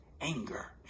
anger